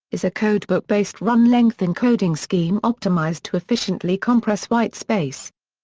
is a codebook-based run-length encoding scheme optimised to efficiently compress whitespace.